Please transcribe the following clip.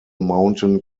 mountain